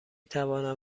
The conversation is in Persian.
توانم